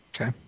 Okay